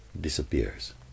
disappears